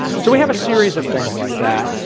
so we have a series of things like that.